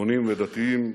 חילונים ודתיים,